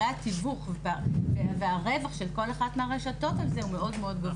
זה מראה שפערי התיווך והרווח של כל אחת מהרשתות האלה הם מאוד גבוהים.